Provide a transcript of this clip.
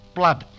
blood